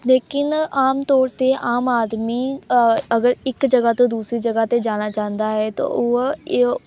ਲੇਕਿਨ ਆਮ ਤੌਰ 'ਤੇ ਆਮ ਆਦਮੀ ਅਗਰ ਇੱਕ ਜਗ੍ਹਾ ਤੋਂ ਦੂਸਰੀ ਜਗ੍ਹਾ 'ਤੇ ਜਾਣਾ ਚਾਹੁੰਦਾ ਹੈ ਤੋ